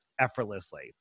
effortlessly